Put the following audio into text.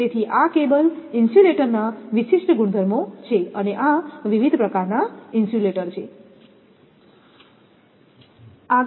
તેથી આ કેબલ ઇન્સ્યુલેટરના વિશિષ્ટ ગુણધર્મો છે અને આ વિવિધ પ્રકારનાં ઇન્સ્યુલેટર છે